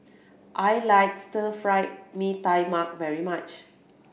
I like Stir Fried Mee Tai Mak very much